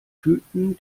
fühlten